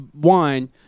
wine